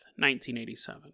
1987